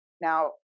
Now